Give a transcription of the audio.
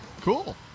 Cool